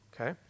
Okay